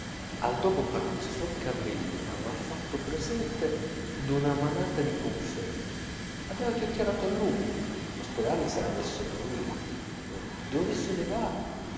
amico al dopopranzo suor carmelina m'ha fatto presente d'una manata di confetti abbiamo chiacchierato a lungo lo spedale s'era messo a dormire dove se ne va